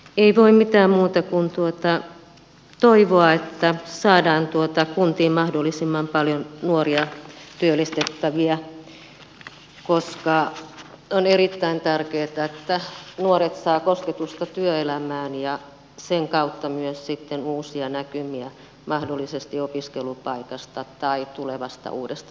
ei voi mitään muuta kuin toivoa että saadaan kuntiin mahdollisimman paljon nuoria työllistettäviä koska on erittäin tärkeätä että nuoret saavat kosketusta työelämään ja sen kautta myös sitten uusia näkymiä mahdollisesti opiskelupaikasta tai tulevasta uudesta työpaikasta